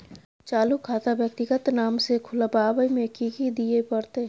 चालू खाता व्यक्तिगत नाम से खुलवाबै में कि की दिये परतै?